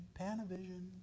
Panavision